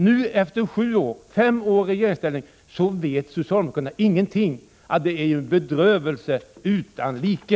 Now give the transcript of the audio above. Nu, efter sju år och fem år i regeringsställning vet socialdemokraterna ingenting. Det är en bedrövelse utan like!